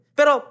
Pero